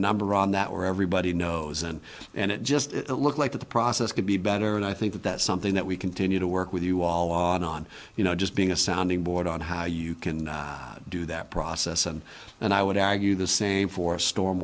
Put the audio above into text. number on that where everybody knows and and it just looks like the process could be better and i think that that's something that we continue to work with you all on on you know just being a sounding board on how you can do that process and and i would argue the same for storm